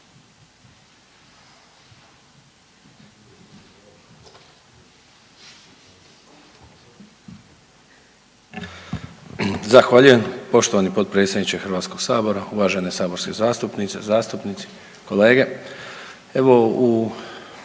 Zahvaljujem poštovani potpredsjedniče Hrvatskog sabora. Uvažene saborske zastupnice, zastupnici, kolege,